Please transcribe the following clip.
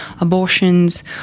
abortions